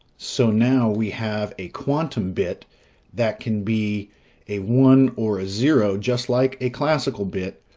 so now we have a quantum bit that can be a one or a zero, just like a classical bit,